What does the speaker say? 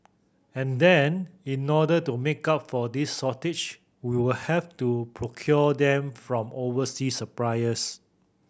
and then in order to make up for this shortage we'll have to procure them from overseas suppliers